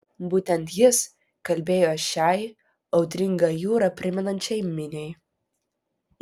būtent jis kalbėjo šiai audringą jūrą primenančiai miniai